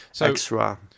extra